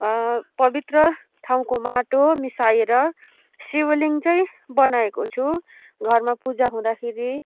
पवित्र ठाउँको माटो मिसाएर शिवलिङ्ग चाहिँ बनाएको छु घरमा पूजा हुँदाखेरि